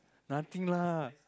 nothing lah